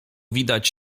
widać